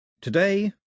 Today